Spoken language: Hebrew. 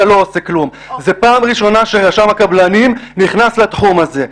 אתה לא עושה כלום" זו פעם ראשונה שרשם הקבלנים נכנס לתחום הזה.